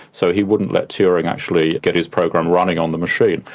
so he wouldn't let turing actually get his program running on the machine.